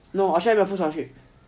no Australia not full scholarship